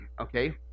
okay